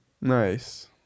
nice